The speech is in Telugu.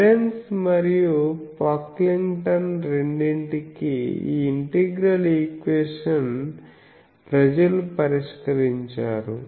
హెలెన్స్ మరియు పాక్లింగ్టన్ రెండింటికీ ఈ ఇంటిగ్రల్ ఈక్వేషన్ ప్రజలు పరిష్కరించారు